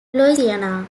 louisiana